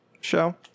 show